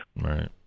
Right